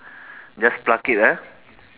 just pluck it ah